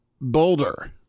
Boulder